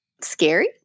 scary